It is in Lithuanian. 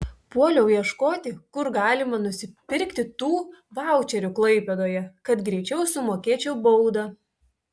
puoliau ieškoti kur galima nusipirkti tų vaučerių klaipėdoje kad greičiau sumokėčiau baudą